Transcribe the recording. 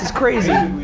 crazy!